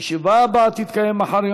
הישיבה הבאה תתקיים מחר,